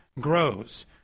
grows